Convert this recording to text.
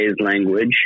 language